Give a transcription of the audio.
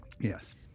Yes